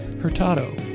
Hurtado